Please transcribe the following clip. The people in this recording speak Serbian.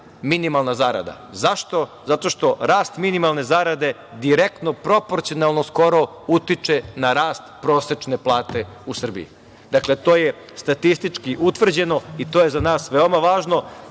minimalna zarada. Zašto? Zato što rast minimalne zarade direktno proporcionalno skoro utiče na rast prosečne plate u Srbiji. To je statistički utvrđeno i to je za nas veoma